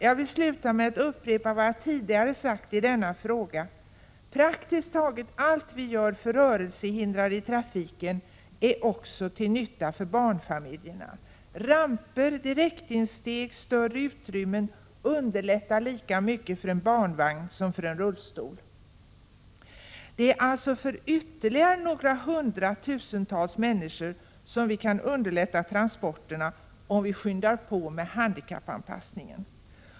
Jag vill sluta med att upprepa vad jag tidigare sagt i denna fråga: Praktiskt taget allt vi gör för rörelsehindrade i trafiken är också till nytta för barnfamiljerna. Ramper, direktinsteg och större utrymmen underlättar lika mycket för en barnvagn som för en rullstol. Det är alltså för ytterligare några hundratusentals människor som transporterna kan underlättas för om vi skyndar på med handikappanpassningen.